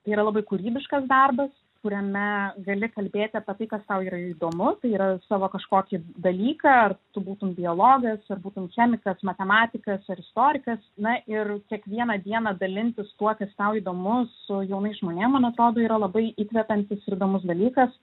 tai yra labai kūrybiškas darbas kuriame gali kalbėti apie tai kas tau yra įdomu tai yra savo kažkokį dalyką ar tu būtum biologas ar būtum chemikas matematikas ar istorikas na ir kiekvieną dieną dalintis tuo kas tau įdomu su jaunais žmonėm man atrodo yra labai įkvepiantis ir įdomus dalykas